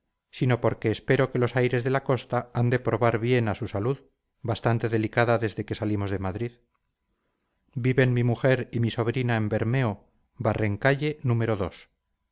sino porque espero que los aires de la costa han de probar bien a su salud bastante delicada desde que salimos de madrid viven mi mujer y mi sobrina en bermeo barrencalle núm